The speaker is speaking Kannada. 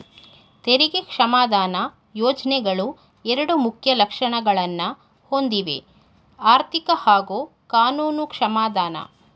ತೆರಿಗೆ ಕ್ಷಮಾದಾನ ಯೋಜ್ನೆಗಳು ಎರಡು ಮುಖ್ಯ ಲಕ್ಷಣಗಳನ್ನ ಹೊಂದಿವೆಆರ್ಥಿಕ ಹಾಗೂ ಕಾನೂನು ಕ್ಷಮಾದಾನ